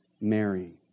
Mary